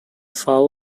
foul